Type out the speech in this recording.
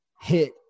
hit